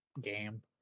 game